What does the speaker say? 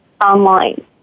online